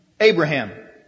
Abraham